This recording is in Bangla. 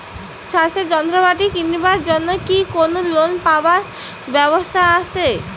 চাষের যন্ত্রপাতি কিনিবার জন্য কি কোনো লোন পাবার ব্যবস্থা আসে?